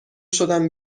شدم